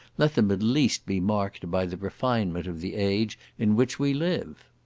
let them at least be marked by the refinement of the age in which we live.